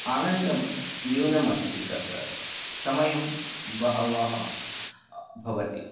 आनन्दं न्यूनमस्ति तत्र समयः बहु भवति